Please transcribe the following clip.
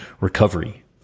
recovery